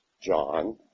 John